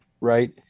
right